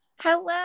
Hello